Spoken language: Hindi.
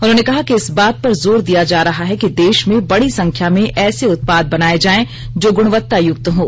उन्होंने कहा कि इस बात पर जोर दिया जा रहा है कि देश में बड़ी संख्या में ऐसे उत्पाद बनाए जाएं जो गुणवत्ता युक्त हों